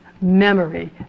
memory